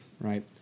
right